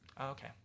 Okay